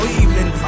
evening